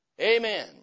Amen